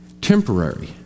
temporary